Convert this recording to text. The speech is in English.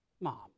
Mom